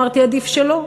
אמרתי: עדיף שלא.